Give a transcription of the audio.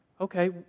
Okay